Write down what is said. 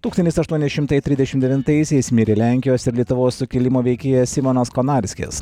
tūkstantis aštuoni šimtai trisdešimt devintaisiais mirė lenkijos ir lietuvos sukilimo veikėjas simonas konarskis